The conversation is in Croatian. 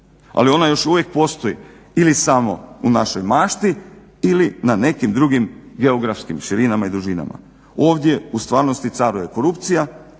Ali ona još uvijek postoji, ili samo u našoj mašti ili na nekim drugim geografskim širinama i dužinama. Ovdje u stvarnosti caruje korupcija